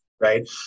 Right